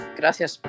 gracias